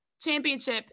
championship